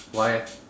why eh